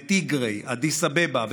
בתיגראי, באדיס אבבה ובגונדר,